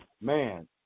man